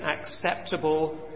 acceptable